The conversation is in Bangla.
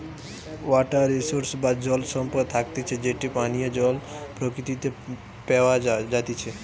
ওয়াটার রিসোর্স বা জল সম্পদ থাকতিছে যেটি পানীয় জল প্রকৃতিতে প্যাওয়া জাতিচে